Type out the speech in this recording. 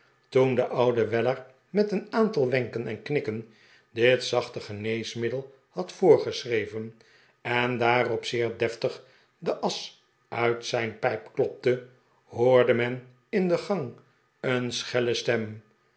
toen de oude weller met een aantal wenken en knikken dit zachte geneesmiddel had voorgeschreven en daarop zeer deftig de asch uit zijn pijp klopte hoorde men in de gang een schelle stem